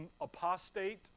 apostate